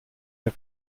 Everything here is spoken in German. der